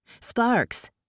Sparks